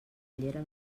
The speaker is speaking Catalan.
llera